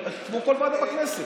כל ועדה בכנסת,